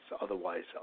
otherwise